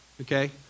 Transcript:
Okay